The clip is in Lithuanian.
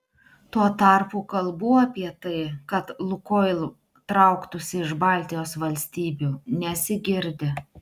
tuo tarpu kalbų apie tai kad lukoil trauktųsi iš baltijos valstybių nesigirdi